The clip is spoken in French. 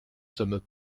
sommes